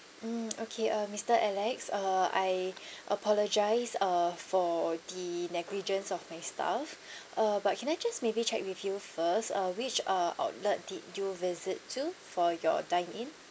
mm okay uh mister alex uh I apologise uh for the negligence of my staff uh but can I just maybe check with you first uh which uh outlet did you visit to for your dine in